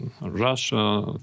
Russia